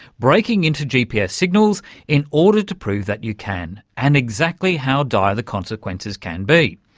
breaking into gps signals in order to prove that you can, and exactly how dire the consequences can be.